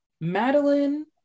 Madeline